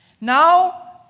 now